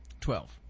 Twelve